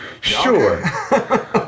sure